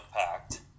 impact